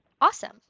Awesome